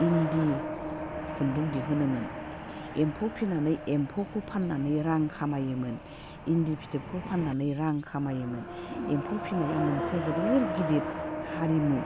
इन्दि खुन्दुं दिहुनोमोन एम्फौ फिसिनानै एम्फौखौ फाननानै रां खामायोमोन इन्दि फिथोबखौ फाननानै रां खामायोमोन एम्फौ फिसिनाया मोनसे जोबोर गिदिर हारिमु